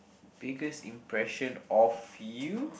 biggest impression of you